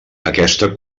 aquesta